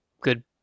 good